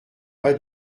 pas